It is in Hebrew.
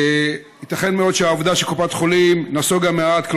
ייתכן מאוד שהעובדה שקופת חולים נסוגה מעט,